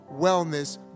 wellness